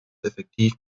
effektiv